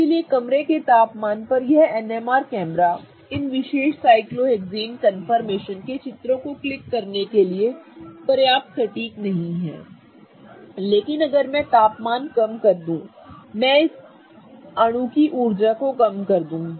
इसलिए कमरे के तापमान पर यह NMR कैमरा इन विशेष साइक्लोहेक्सेन कन्फर्मेशन के चित्रों को क्लिक करने के लिए पर्याप्त सटीक नहीं है लेकिन अब अगर मैं तापमान कम कर दूं और मैं इस अणु की ऊर्जा को कम कर दूं